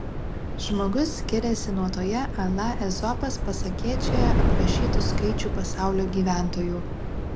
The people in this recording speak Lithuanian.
žmogus skiriasi nuo toje a la ezopas pasakėčioje aprašytų skaičių pasaulio gyventojų